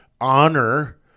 honor